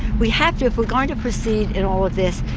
we have to, if we're going to proceed in all of this,